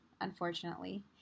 unfortunately